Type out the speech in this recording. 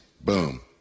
boom